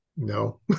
No